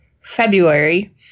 February